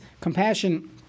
compassion